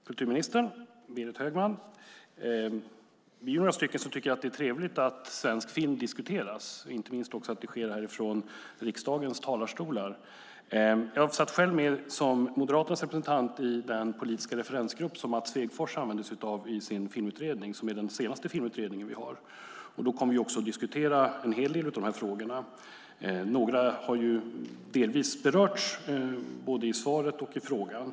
Fru talman, kulturministern och Berit Högman! Vi är några stycken som tycker att det är trevligt att svensk film diskuteras, inte minst när det sker härifrån riksdagens talarstolar. Jag satt själv med som Moderaternas representant i den politiska referensgrupp som Mats Svegfors använde sig av i sin filmutredning, som är den senaste vi har. Då kom vi också att diskutera en hel del av dessa frågor. Några av dem har delvis berörts både i svaret och i frågan.